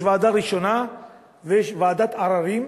יש ועדה ראשונה ויש ועדת עררים,